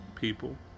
people